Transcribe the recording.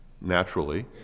naturally